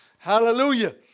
Hallelujah